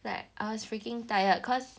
like I was freaking tired cause